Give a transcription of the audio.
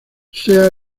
sea